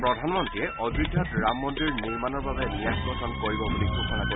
প্ৰধানমন্ত্ৰীয়ে অযোধ্যাত ৰাম মন্দিৰ নিৰ্মাণৰ বাবে ন্যাস গঠন কৰিব বুলি ঘোষণা কৰে